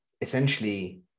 essentially